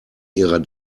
ihrer